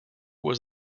was